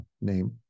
name